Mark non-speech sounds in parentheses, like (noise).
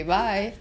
(laughs)